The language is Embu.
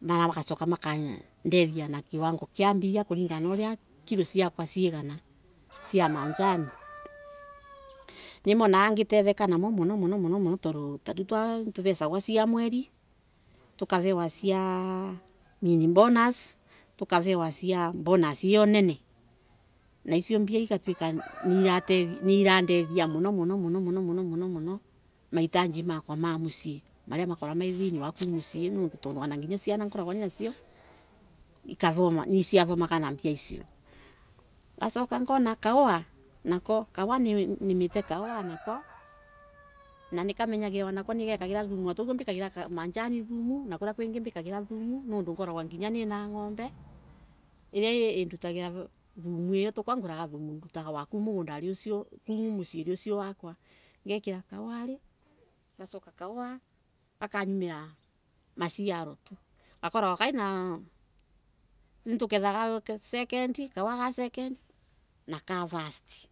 Mara magacoka makadethia na kiwango kia mbia, kulingana na uria kilo ciakwa ciegana cia majani, nimonaga ngitetheka namo muno muno tondo tariu ni tu vesagwa cia mweli tukavewa cia mini bonus tukavewa cia bonus io nene, na icio mbia igakorwa niradethia muno muno mahitaji makwa ma mucii mara makoragwa ma thiini wa music tundo nginya ciana ngoragwa nacio nicia thomaga na mbia icio ngacoka Ngona kahowa, kahowa ninimite kahowa na nikamenyagirira, ngikira thumu ta uria mbikagira majani thumu na kuria kwingi mbikagira thumu ngorogwa no na ngombe iria indutagira thumu, iris dutagira thumu tundo tikwa nguraga thumu muciiri usio wakwa. ngekera kahowari ngacoka gakanyumila maciaro. nitu kethaga kahowa Ka second na ka first